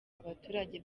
abaturage